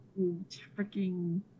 Freaking